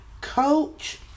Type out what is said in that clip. coach